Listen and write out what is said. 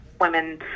women